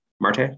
Marte